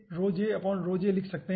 तो आप लिख सकते हैं